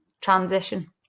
transition